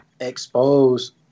exposed